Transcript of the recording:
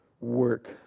work